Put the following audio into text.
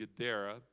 Gadara